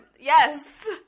Yes